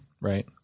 right